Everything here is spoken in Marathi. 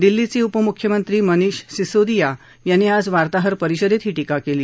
दिल्लीचे उपमुख्यमंत्री मनिष सिसोदिया यांनी आज वार्ताहारपरिषदेत ही टीका केली